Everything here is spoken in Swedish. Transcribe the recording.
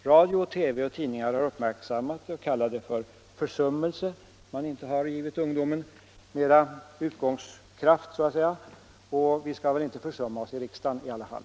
Radio, TV och tidningar har uppmärksammat den och har kallat det för försummelse att man inte har givit ungdomen mera ”utgångskraft”. Vi skall väl inte vara försumliga i riksdagen i detta fall.